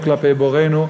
כלפינו, כלפי בוראנו,